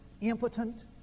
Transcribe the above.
impotent